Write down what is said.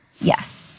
Yes